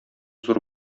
зур